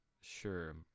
Sure